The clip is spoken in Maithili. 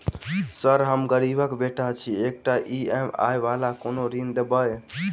सर हम गरीबक बेटा छी एकटा ई.एम.आई वला कोनो ऋण देबै?